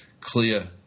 clear